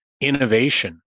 innovation